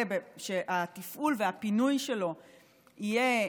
ושהתפעול והפינוי שלהן,